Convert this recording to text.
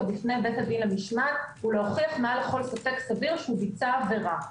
לבית דין למשמעת ולהוכיח מעל כל ספק סביר שהוא ביצע עבירה.